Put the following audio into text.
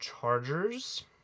Chargers